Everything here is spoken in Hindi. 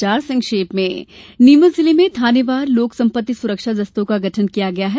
समाचार संक्षेप में नीमच जिले में थानेवार लोक संपत्ति सुरक्षा दस्तों का गठन किया गया है